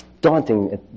daunting